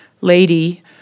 lady